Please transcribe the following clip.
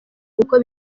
kuko